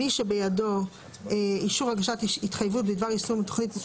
אני רוצה רגע לראות את הנוסח